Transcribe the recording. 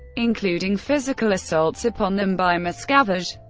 including physical assaults upon them by miscavige.